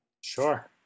Sure